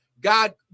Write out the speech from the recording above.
god